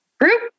group